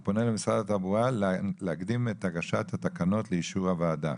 אני פונה למשרד התחבורה להקדים את הגשת התקנות לאישור הוועדה.